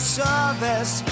service